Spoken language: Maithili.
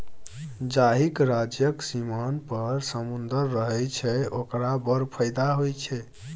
जाहिक राज्यक सीमान पर समुद्र रहय छै ओकरा बड़ फायदा होए छै